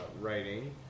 writing